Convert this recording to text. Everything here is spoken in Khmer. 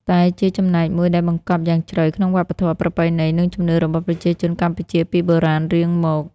តែជាចំណែកមួយដែលបង្កប់យ៉ាងជ្រៅក្នុងវប្បធម៌ ប្រពៃណី និងជំនឿរបស់ប្រជាជនកម្ពុជាពីបុរាណរៀងមក។